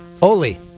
Oli